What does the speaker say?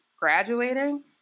graduating